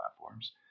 platforms